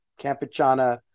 campuchana